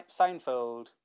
Seinfeld